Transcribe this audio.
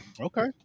okay